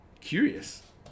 curious